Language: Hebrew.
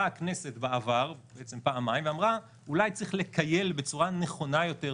באה הכנסת בעבר פעמיים ואמרה: אולי צריך לכייל בצורה נכונה יותר,